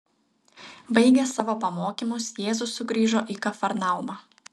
baigęs savo pamokymus jėzus sugrįžo į kafarnaumą